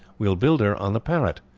we will build her on the parrot.